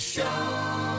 Show